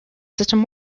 system